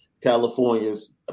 California's